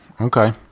okay